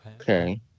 okay